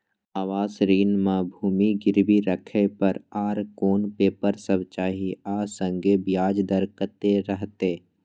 आवास ऋण म भूमि गिरवी राखै पर आर कोन पेपर सब चाही आ संगे ब्याज दर कत्ते रहते?